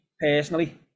personally